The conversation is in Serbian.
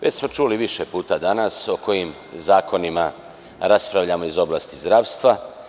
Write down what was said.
Već smo čuli više puta danas o kojim zakonima raspravljamo iz oblasti zdravstva.